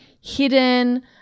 hidden